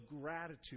gratitude